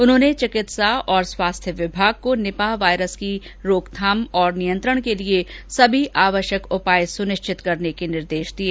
उन्होंने चिकित्सा और स्वास्थ्य विभाग को निपाह वायरस की रोकथाम और नियंत्रण के लिए सभी आवश्यक उपाय सुनिश्चित करने के निर्देश दिए